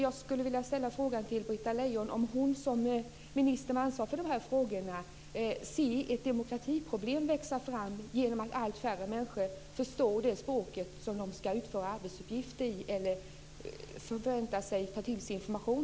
Jag vill fråga Britta Lejon om hon som minister med ansvar för de här frågorna ser ett demokratiproblem växa fram genom att allt färre människor förstår det språk på vilket de ska genomföra arbetsuppgifter eller förväntas ta till sig information.